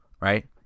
right